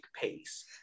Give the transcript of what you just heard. Pace